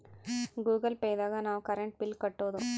Google Pay ದಾಗ ನಾವ್ current bill ಕಟ್ಟೋದು